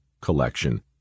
collection